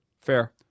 Fair